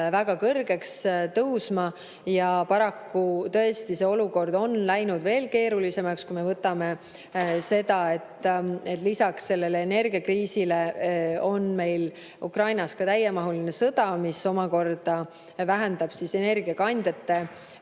väga kõrgeks tõusma. Paraku tõesti olukord on läinud veel keerulisemaks, kui me arvestame, et lisaks sellele energiakriisile on Ukrainas täiemahuline sõda, mis omakorda vähendab energiakandjate